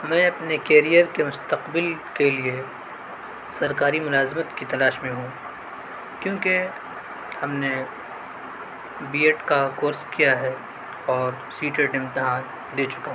میں اپنے کیریئر کے مستقبل کے لیے سرکاری ملازمت کی تلاش میں ہوں کیونکہ ہم نے بی ایڈ کا کورس کیا ہے اور سی ٹیٹ امتحان دے چکا ہوں